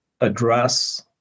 address